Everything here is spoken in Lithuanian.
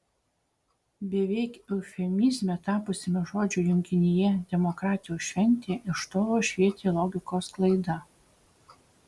beveik eufemizme tapusiame žodžių junginyje demokratijos šventė iš tolo švietė logikos klaida